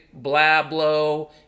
blablo